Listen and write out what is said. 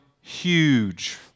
huge